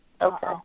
Okay